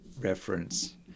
reference